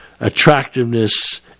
attractiveness